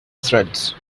threads